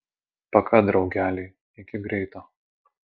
paka draugeliai iki greito